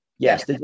Yes